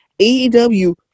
AEW